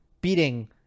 beating